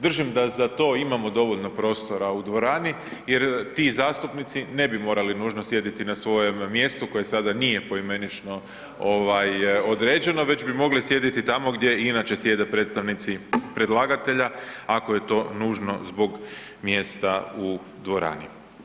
Držim da za to imamo dovoljno prostora u dvorani jer ti zastupnici ne bi morali nužno sjediti na svojem mjestu koje sada nije poimenično određeno već bi mogli sjediti tamo gdje inače sjede predstavnici predlagatelja ako je to nužno zbog mjesta u dvorani.